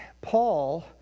Paul